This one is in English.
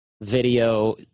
video